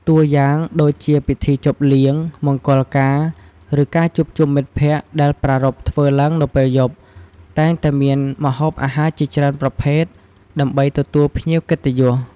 តួយ៉ាងដូចជាពិធីជប់លៀង មង្គលការ ឬការជួបជុំមិត្តភក្តិ ដែលប្រារព្ធធ្វើឡើងនៅពេលយប់ តែងតែមានម្ហូបអាហារជាច្រើនប្រភេទ ដើម្បីទទួលភ្ញៀវកិត្តិយស។